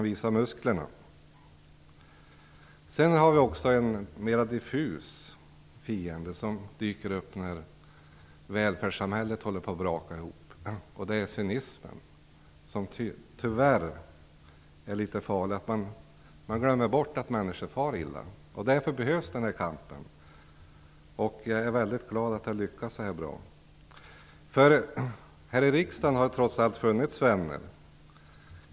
Vi har också en mera diffus fiende, som dyker upp när välfärdssamhället håller på att braka ihop, och det är cynismen, som tyvärr är litet farlig. Man glömmer bort att människor far illa. Därför behövs den här kampen, och jag är mycket glad för att den har lyckats så bra. Det har här i riksdagen trots allt funnits vänner.